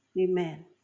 Amen